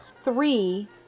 three